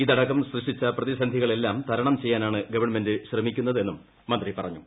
ഇതടക്കം സ്കൃഷ്ട്രിച്ച പ്രതിസന്ധികളെല്ലാം തരണം ചെയ്യാനാണ് ഗവൺമെന്റ് ശ്രമിക്കുന്നത് എന്നും മന്ത്രി പറഞ്ഞു